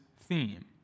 theme